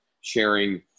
sharing